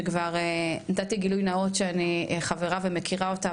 שכבר נתתי גילוי נאות שאני חברה ומכירה אותה,